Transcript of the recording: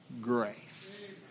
grace